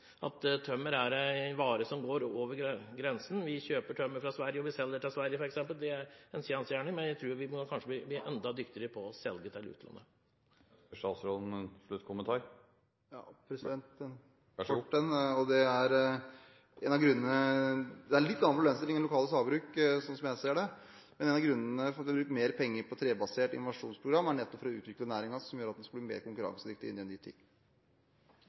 kjøper fra Sverige og selger til Sverige – men jeg tror kanskje vi må bli enda dyktigere på å selge til utlandet. Ønsker statsråden en sluttkommentar? Ja, en kort kommentar: Slik jeg ser det, er det en litt annen problemstilling i lokale sagbruk. En av grunnene til at vi har brukt mer penger på trebaserte innovasjonsprogram, er nettopp for å utvikle næringen, som gjør at den skal bli mer konkurransedyktig inn i en ny